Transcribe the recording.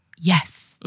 Yes